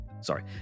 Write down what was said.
sorry